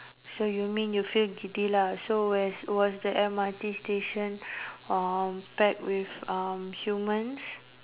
so you mean you feel giddy lah so where was the M_R_T station pack with humans